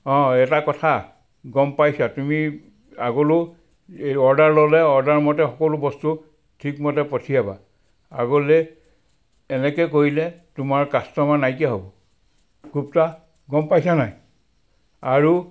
অঁ এটা কথা গম পাইছা তুমি আগলৈও এই অৰ্ডাৰ ল'লে অৰ্ডাৰমতে সকলো বস্তু ঠিকমতে পঠিয়াবা আগলৈ এনেকৈ কৰিলে তোমাৰ কাষ্টমাৰ নাইকীয়া হ'ব গুপ্তা গম পাইছা নাই আৰু